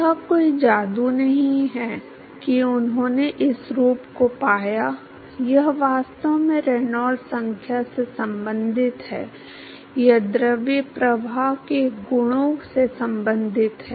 तो यह कोई जादू नहीं है कि उन्होंने इस रूप को पाया यह वास्तव में रेनॉल्ड्स संख्या से संबंधित है यह द्रव प्रवाह के गुणों से संबंधित है